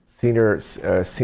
Senior